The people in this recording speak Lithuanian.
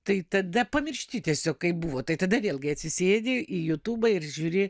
tai tada pamiršti tiesiog kaip buvo tai tada vėlgi atsisėdi į jutubą ir žiūri